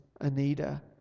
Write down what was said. Anita